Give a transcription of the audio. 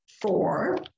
four